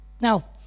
now